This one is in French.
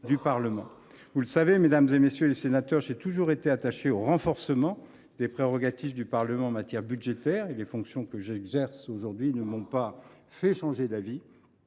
Vous le savez, mesdames, messieurs les sénateurs, j’ai toujours été attaché au renforcement des prérogatives du Parlement en matière budgétaire et les fonctions que j’exerce aujourd’hui ne m’ont pas fait changer d’avis.